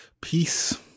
Peace